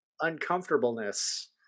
uncomfortableness